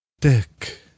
Dick